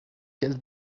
quel